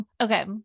Okay